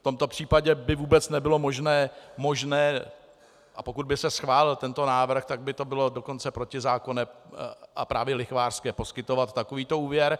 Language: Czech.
V tomto případě by vůbec nebylo možné, a pokud by se schválil tento návrh, tak by to bylo dokonce protizákonné a právě lichvářské, poskytovat takovýto úvěr.